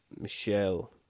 Michelle